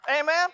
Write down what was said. amen